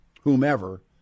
whomever